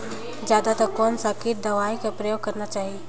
जादा तर कोन स किट दवाई कर प्रयोग करना चाही?